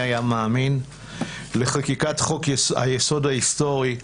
היה מאמין לחקיקת חוק היסוד ההיסטורי,